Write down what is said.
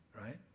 right